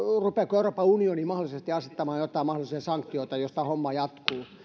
rupeaako euroopan unioni mahdollisesti asettamaan jotain mahdollisia sanktioita jos tämä homma